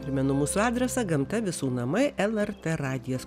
primenu mūsų adresą gamta visų namai lrt radijas